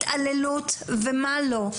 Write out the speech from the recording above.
התעללות ומה לא.